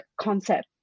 concept